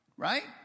right